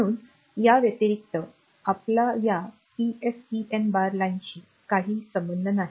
म्हणून या व्यतिरिक्त आपला या पीएसईएन बार लाईनशी काही संबंध नाही